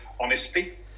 honesty